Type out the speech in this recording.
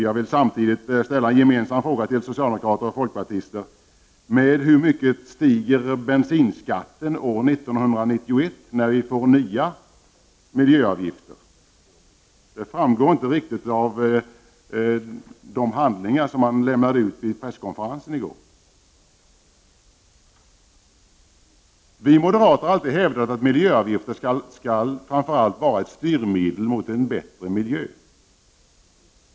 Jag vill samtidigt ställa en fråga riktad till både socialdemokrater och folk partister: Med hur mycket stiger bensinskatten år 1991, när vi får nya miljöavgifter? Detta framgår inte riktigt av de handlingar som lämnades ut vid presskonferensen i går. Vi moderater har alltid hävdat att miljöavgifter framför allt skall vara ett styrmedel som kan ge oss en bättre miljö.